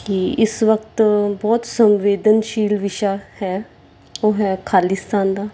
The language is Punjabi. ਕਿ ਇਸ ਵਕਤ ਬਹੁਤ ਸੰਵੇਦਨਸ਼ੀਲ ਵਿਸ਼ਾ ਹੈ ਉਹ ਹੈ ਖਾਲਿਸਤਾਨ ਦਾ